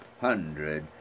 hundred